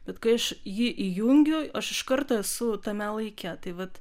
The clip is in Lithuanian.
bet kai aš jį įjungiu aš iš karto esu tame laike tai vat